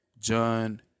John